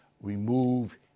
remove